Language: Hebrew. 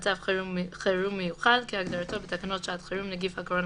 "מצב חירום מיוחד" כהגדרתו בתקנות שעת חירום (נגיף הקורונה